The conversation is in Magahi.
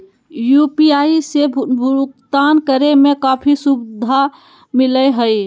यू.पी.आई से भुकतान करे में काफी सुबधा मिलैय हइ